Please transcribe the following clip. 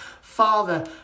Father